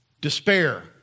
despair